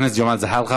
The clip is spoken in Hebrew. חבר הכנסת ג'מאל זחאלקה,